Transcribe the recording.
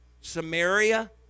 Samaria